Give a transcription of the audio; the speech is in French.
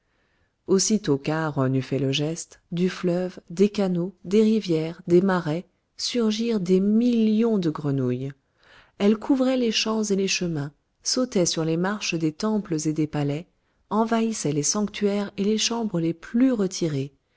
aussitôt qu'aharon eut fait le geste du fleuve des canaux des rivières des marais surgirent des millions de grenouilles elles couvraient les champs et les chemins sautaient sur les marches des temples et des palais envahissaient les sanctuaires et les chambres les plus retirées